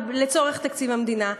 ולצורך תקציב המדינה,